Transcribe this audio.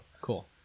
cool